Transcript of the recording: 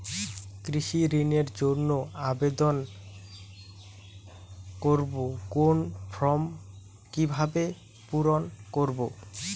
কৃষি ঋণের জন্য আবেদন করব কোন ফর্ম কিভাবে পূরণ করব?